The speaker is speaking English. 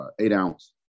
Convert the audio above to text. eight-ounce